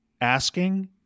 asking